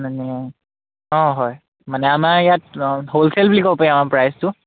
মানে অঁ হয় মানে আমাৰ ইয়াত হ'লছেল বুলি ক'ব পাৰি আমাৰ প্ৰাইচটো